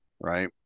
Right